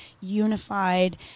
unified